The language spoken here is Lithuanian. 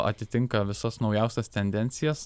atitinka visas naujausias tendencijas